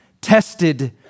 tested